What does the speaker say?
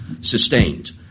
sustained